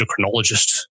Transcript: endocrinologist